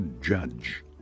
judge